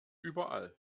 überall